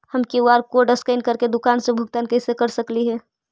हम QR code scan करके दुकान में भुगतान कैसे कर सकली हे?